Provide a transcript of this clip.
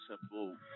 simple